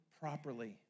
properly